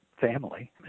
family